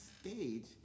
stage